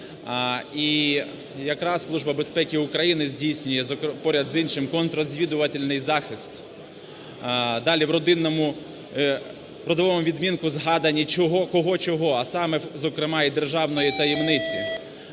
України здійснює, поряд з іншим, контррозвідувальний захист. Далі, в родовому відмінку згадано кого, чого, а саме, зокрема, і державної таємниці.